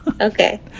Okay